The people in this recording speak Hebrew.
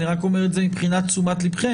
אני רק אומר את זה מבחינת תשומת לבכן,